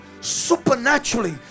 supernaturally